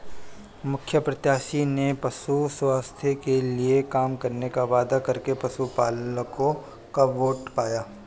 मुखिया प्रत्याशी ने पशु स्वास्थ्य के लिए काम करने का वादा करके पशुपलकों का वोट पाया